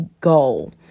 goal